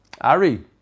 Ari